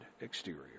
exterior